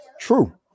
true